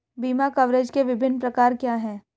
बीमा कवरेज के विभिन्न प्रकार क्या हैं?